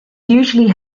usually